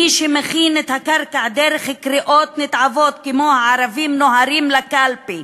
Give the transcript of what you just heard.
מי שמכין את הקרקע דרך קריאות נתעבות כמו "הערבים נוהרים לקלפי",